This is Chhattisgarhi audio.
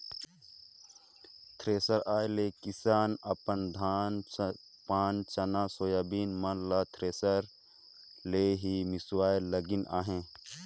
थेरेसर आए ले किसान अपन धान पान चना, सोयाबीन मन ल थरेसर ले ही मिसवाए लगिन अहे